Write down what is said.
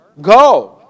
go